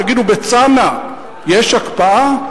תגידו, בצנעא יש הקפאה?